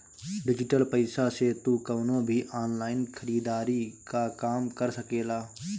digital पईसा से तू कवनो भी ऑनलाइन खरीदारी कअ काम कर सकेला